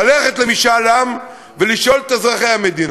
היא ללכת למשאל עם ולשאול את אזרחי המדינה,